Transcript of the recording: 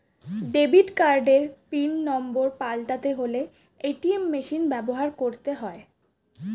debit কার্ডের pin number পাল্টাতে হলে এ.টি.এম মেশিন ব্যবহার করতে হয়